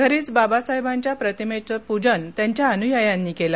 घरीच बाबासाहेबांच्या प्रतिमेचं प्रजन त्यांच्या अनुयायांनी केलं